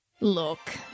Look